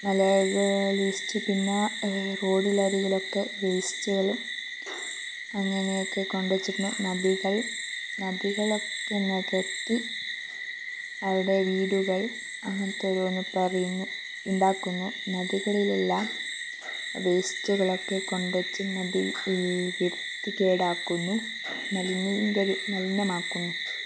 മലയാളികൾ വേസ്റ്റ് പിന്നെ റോഡിനരികിലൊക്കെ വേസ്റ്റുകളും അങ്ങനെയൊക്കെ കൊണ്ടുവെച്ച് നദികൾ നദികളൊക്കെ നികത്തി അവടെ വീടുകൾ അങ്ങനത്തെ ഒന്ന് പണിയുന്നു ഉണ്ടാക്കുന്നു നദികളിലെല്ലാം വേസ്റ്റുകളൊക്കെ കൊണ്ടുവെച്ച് നദി വൃത്തികേടാക്കുന്നു മലിനീകരി മലിനമാക്കുന്നു